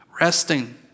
Resting